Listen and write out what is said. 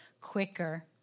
quicker